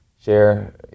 share